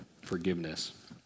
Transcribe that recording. forgiveness